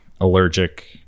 allergic